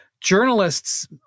journalists